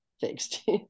fixed